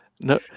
No